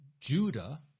Judah